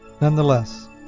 Nonetheless